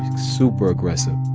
super aggressive.